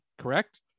correct